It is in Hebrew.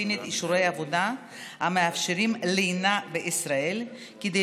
הפלסטינית אישורי עבודה המאפשרים לינה בישראל כדי